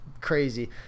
crazy